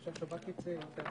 שהשב"כ יצא.